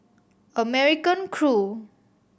American Crew